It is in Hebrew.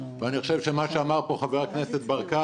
כמו שנאמר פה על ידי חבר הכנסת ברקת